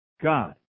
God